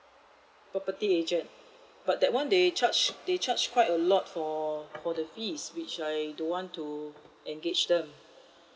property agent but that one they charge they charge quite a lot for for the fees which I don't want to engage them